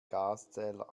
gaszähler